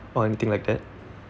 or anything like that